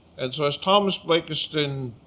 and so as thomas blakiston